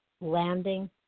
landing